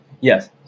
Yes